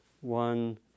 one